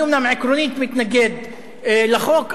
אני אומנם עקרונית מתנגד לחוק,